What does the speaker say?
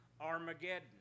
Armageddon